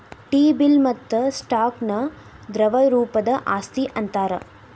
T bill ಮತ್ತ stock ನ ದ್ರವ ರೂಪದ್ ಆಸ್ತಿ ಅಂತಾರ್